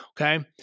Okay